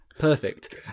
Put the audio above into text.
perfect